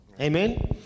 Amen